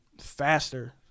faster